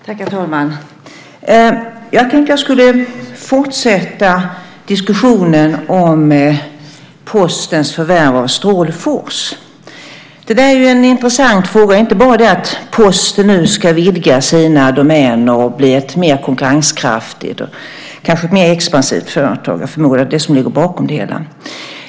Herr talman! Jag tänkte att jag skulle fortsätta diskussionen om Postens förvärv av Strålfors. Det är en intressant fråga. Det är inte bara det att Posten nu ska vidga sina domäner och bli ett mer konkurrenskraftigt och kanske mer expansivt företag - jag förmodar att det är det som ligger bakom det hela.